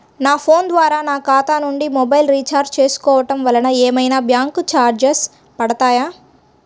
నా ఫోన్ ద్వారా నా ఖాతా నుండి మొబైల్ రీఛార్జ్ చేసుకోవటం వలన ఏమైనా బ్యాంకు చార్జెస్ పడతాయా?